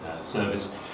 service